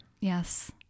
yes